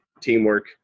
teamwork